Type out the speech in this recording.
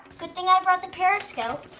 good thing i brought the periscope.